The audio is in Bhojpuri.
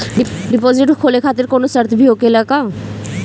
डिपोजिट खोले खातिर कौनो शर्त भी होखेला का?